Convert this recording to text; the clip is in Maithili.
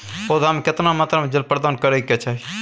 पौधा में केतना मात्रा में जल प्रदान करै के चाही?